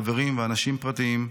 חברים ואנשים פרטיים,